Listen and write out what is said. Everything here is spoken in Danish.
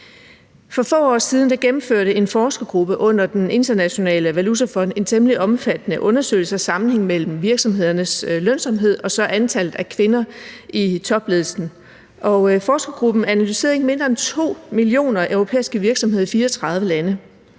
For få år siden gennemførte en forskergruppe under Den Internationale Valutafond en temmelig omfattende undersøgelse af sammenhængen mellem virksomhedernes lønsomhed og antallet af kvinder i topledelsen. Forskergruppen analyserede ikke mindre end 2 millioner europæiske virksomheder i 34 lande,